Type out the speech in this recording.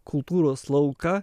kultūros lauką